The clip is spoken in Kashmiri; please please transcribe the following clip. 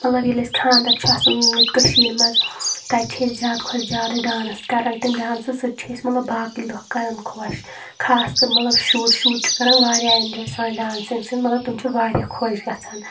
مطلب ییٚلہِ أسۍ خانٛدَر چھِ آسَان ییٚتہِ کٔشیٖر مَنٛز تَتہِ چھِ أسۍ زیادٕ کھۄتہٕ زیادٕ ڈانٕس کَرَان تٔمۍ ڈانسہٕ سۭتۍ چھِ أسۍ مطلب باقٕے لُکھ کَرَان خۄش خاص کَر مطلب شُر شُرۍ چھِ کَرَان واریاہ اٮ۪نجاے سانہِ ڈانسِنٛگ سٕنٛدۍ مطلب تِم چھِ واریاہ خۄش گَژھان